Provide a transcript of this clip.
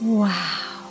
wow